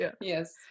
Yes